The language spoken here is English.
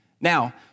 Now